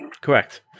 correct